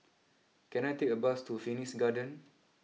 can I take a bus to Phoenix Garden